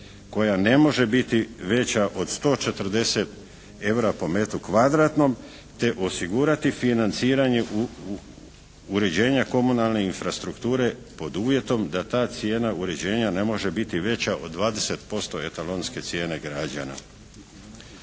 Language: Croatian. koja ne može biti veća od 140 evra po metru kvadratnom te osigurati financiranje uređenja komunalne infrastrukture pod uvjetom da ta cijena uređenja ne može biti veća od 20% etalonske cijene građana.